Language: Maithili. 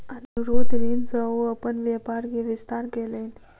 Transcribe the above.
अनुरोध ऋण सॅ ओ अपन व्यापार के विस्तार कयलैन